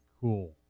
cool